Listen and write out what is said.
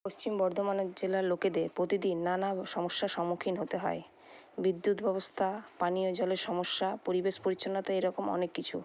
পশ্চিম বর্ধমানের জেলার লোকেদের প্রতিদিন নানা সমস্যার সন্মুখীন হতে হয় বিদ্যুৎ ব্যবস্থা পানীয় জলের সমস্যা পরিবেশ পরিচ্ছন্নতা এরকম অনেক কিছু